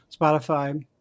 Spotify